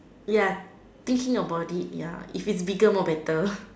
ya thinking about ya if it's bigger more better